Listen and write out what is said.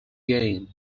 gain